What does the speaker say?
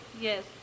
Yes